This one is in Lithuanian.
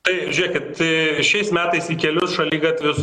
tai žėkit šiais metais į kelius šaligatvius